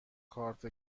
کارت